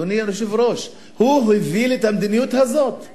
אדוני היושב-ראש, הוא הוביל את המדיניות הזאת.